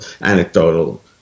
anecdotal